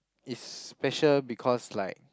is special because like